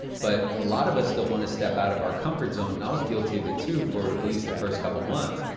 but a lot of us don't want to step out of our comfort zone, and i was guilty of it too, for at least the first couple months.